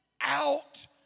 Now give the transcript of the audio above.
out